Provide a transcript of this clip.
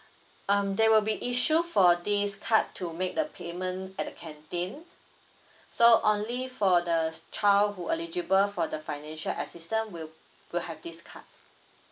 um they will be issued for this card to make the payment at the canteen so only for the child who eligible for the financial assistance will will have this card